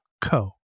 co